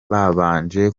babanje